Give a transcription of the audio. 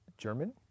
German